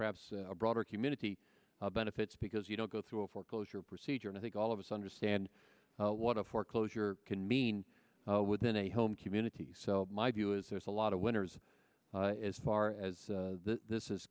perhaps broader community benefits because you don't go through a foreclosure procedure and i think all of us understand what a foreclosure can mean within a home community so my view is there's a lot of winners as far as this is